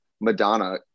Madonna